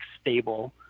stable